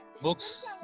Books